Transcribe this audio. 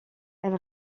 elle